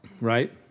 right